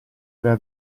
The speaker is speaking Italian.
aveva